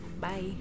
Bye